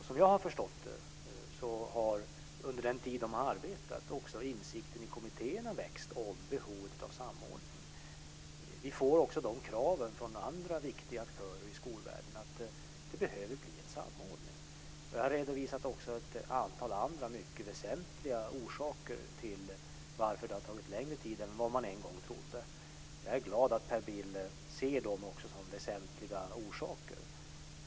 Som jag har förstått det har också insikten om behovet av samordning växt i kommittéerna under den tid då de har arbetat. Vi får också krav från andra viktiga aktörer i skolvärlden på att det behöver bli en samordning. Jag har också redovisat ett antal andra mycket väsentliga orsaker till att det har tagit längre tid än vad man en gång trodde. Jag är glad att Per Bill också ser dem som väsentliga orsaker.